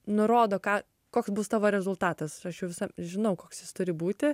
nurodo ką koks bus tavo rezultatas aš jau visa žinau koks jis turi būti